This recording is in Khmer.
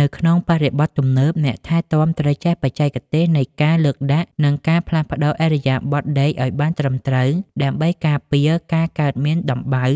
នៅក្នុងបរិបទទំនើប អ្នកថែទាំត្រូវចេះបច្ចេកទេសនៃការលើកដាក់ និងការផ្លាស់ប្តូរឥរិយាបថដេកឱ្យបានត្រឹមត្រូវ ដើម្បីការពារការកើតមានដំបៅ